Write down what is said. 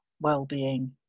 well-being